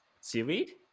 seaweed